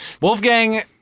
Wolfgang